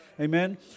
Amen